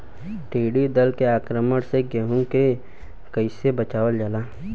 टिडी दल के आक्रमण से गेहूँ के कइसे बचावल जाला?